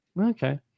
okay